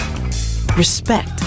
Respect